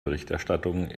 berichterstattung